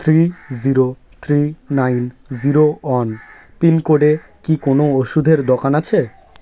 three zero three nine zero one পিনকোডে কি কোনও ওষুধের দোকান আছে